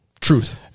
truth